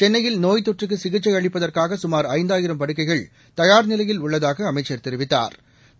சென்னையில் நோய் தொற்றுக்கு சிகிச்சை அளிப்பதற்காக சுமார் ஐந்தாயிரம் படுக்கைகள் தயார் நிலையில் உள்ளதகாக அமைச்சள் தெரிவிதத்ாா்